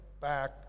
back